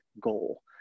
goal